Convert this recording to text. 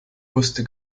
wusste